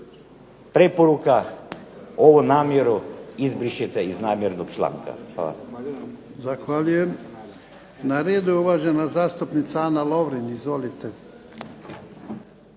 Preporuka ovu namjeru izbrišite iz namjernog članka. Hvala.